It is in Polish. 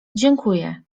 dziękuję